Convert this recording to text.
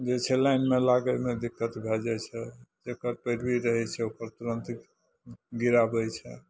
जे छै लाइनमे लागैमे दिक्कत भए जाइ छै जकर पैरवी रहै छै ओकर तुरन्त गिराबै छै